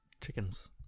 chickens